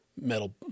metal